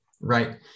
right